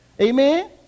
Amen